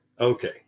Okay